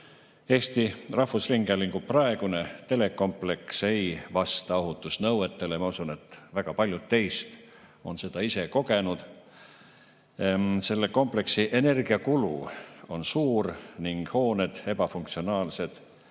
Eesti Rahvusringhäälingu praegune telekompleks ei vasta ohutusnõuetele ja ma usun, et väga paljud teist on seda ise kogenud. Selle kompleksi energiakulu on suur ning hooned ebafunktsionaalsed